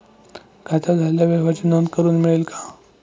खात्यावर झालेल्या व्यवहाराची नोंद करून मिळेल का?